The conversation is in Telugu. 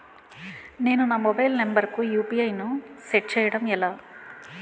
నేను నా మొబైల్ నంబర్ కుయు.పి.ఐ ను సెట్ చేయడం ఎలా?